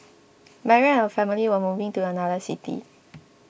Mary and her family were moving to another city